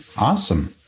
awesome